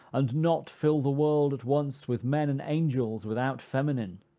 and not fill the world at once with men and angels without feminine?